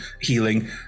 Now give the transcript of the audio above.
healing